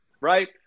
right